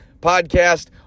podcast